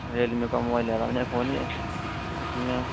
Realme کا mobile لیا تھا میں نے فون یہ اس میں